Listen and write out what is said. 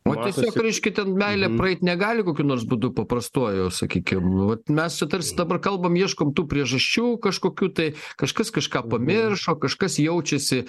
o tiesiog reiškia ten meilė praeit negali kokiu nors būdu paprastuoju sakykim va mes čia tarsi dabar kalbam ieškom tų priežasčių kažkokių tai kažkas kažką pamiršo kažkas jaučiasi